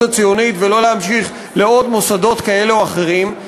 הציונית ולא להמשיך למוסדות כאלה או אחרים?